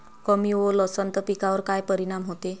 कमी ओल असनं त पिकावर काय परिनाम होते?